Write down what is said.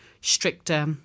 stricter